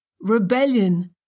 rebellion